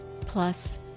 plus